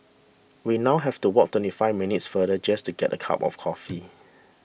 we now have to walk twenty five minutes farther just to get a cup of coffee